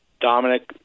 Dominic